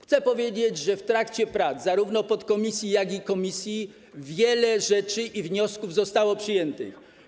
Chcę powiedzieć, że w trakcie prac zarówno w podkomisji, jak i na posiedzeniu komisji wiele rzeczy i wniosków zostało przyjętych.